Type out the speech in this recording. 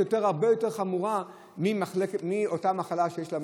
הרבה יותר חמורה מאותה מחלה שיש להם,